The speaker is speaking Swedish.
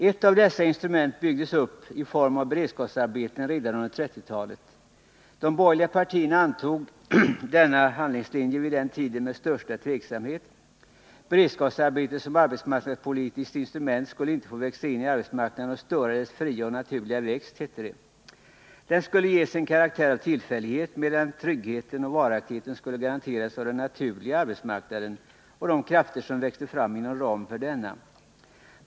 Ett av dessa instrument byggdes upp i form av beredskapsarbeten redan under 1930-talet. De borgerliga partierna antog denna handlingslinje med största tveksamhet vid den tiden. Beredskapsarbete som arbetsmarknadspolitiskt instrument skulle inte få växa in i arbetsmarknaden och störa dess fria och naturliga växt, hette det. Den skulle ges en karaktär av tillfällighet, medan tryggheten och varaktigheten skulle garanteras av den ”naturliga” arbetsmarknaden och de krafter som växte fram inom ramen för denna.